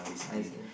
I_S_A